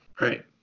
right